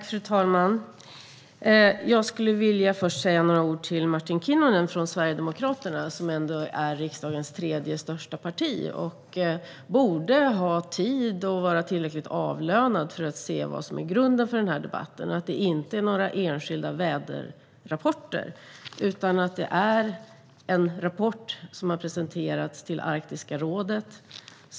Fru talman! Jag vill först säga några ord till Martin Kinnunen från Sverigedemokraterna, som ändå är riksdagens tredje största parti och som borde ha tid och vara tillräckligt avlönade för att se vad som är grunden för denna debatt. Det är inte några enskilda väderrapporter, utan det är en rapport som har presenterats för Arktiska rådet.